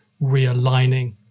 realigning